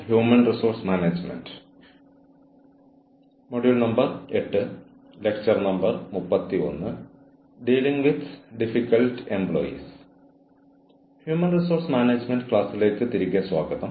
human resource management ക്ലാസിലേക്ക് വീണ്ടും സ്വാഗതം